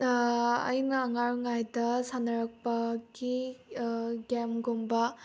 ꯑꯩꯅ ꯑꯉꯥꯡ ꯑꯣꯏꯔꯤꯉꯩꯗ ꯁꯥꯟꯅꯔꯛꯄꯒꯤ ꯒꯦꯝꯒꯨꯝꯕ